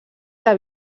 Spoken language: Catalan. que